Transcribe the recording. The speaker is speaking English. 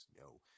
no